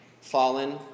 fallen